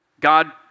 God